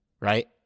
right